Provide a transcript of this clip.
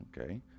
Okay